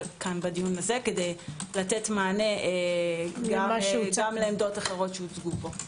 בדיון הזה כדי לתת מענה גם לעמדות אחרות שהוצגו פה.